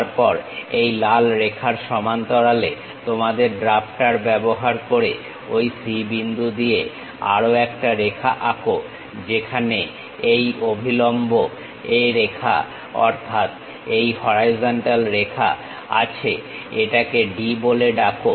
তারপর এই লাল রেখার সমান্তরালে তোমাদের ড্রাফটার ব্যবহার করো ঐ C বিন্দু দিয়ে আরও একটা রেখা আঁকো যেখানেই এই অভিলম্ব A রেখা অর্থাৎ এই হরাইজন্টাল রেখা আছে এটাকে D বলে ডাকো